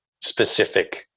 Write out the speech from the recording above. specific